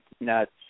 nuts